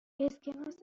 اسکناس